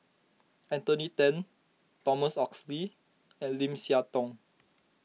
Anthony then Thomas Oxley and Lim Siah Tong